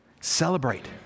Celebrate